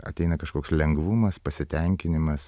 ateina kažkoks lengvumas pasitenkinimas